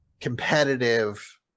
competitive